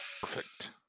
perfect